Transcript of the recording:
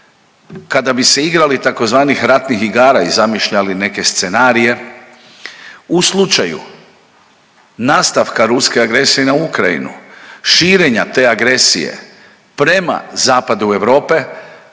Kada bi se igrali tzv. ratnih igara i zamišljali neke scenarije u slučaju nastavka ruske agresije na Ukrajinu, širenja te agresije prema zapadu Europe